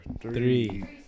three